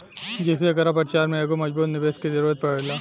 जेइसे एकरा प्रचार में एगो मजबूत निवेस के जरुरत पड़ेला